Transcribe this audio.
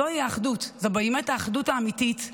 זוהי האחדות, זוהי באמת האחדות האמיתית,